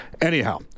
Anyhow